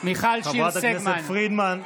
חברת הכנסת פרידמן,